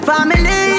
Family